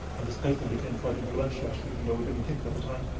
and this paper became quite influential, actually, even though we didn't think it at the time.